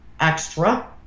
extra